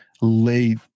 late